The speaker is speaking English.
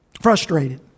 frustrated